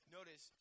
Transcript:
Notice